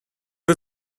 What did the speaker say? was